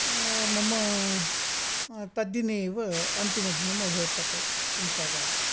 मम तद्दिने एव अन्तिमदिनमभवत् तत्र यन्त्रागारे